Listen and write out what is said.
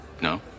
No